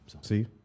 See